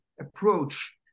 approach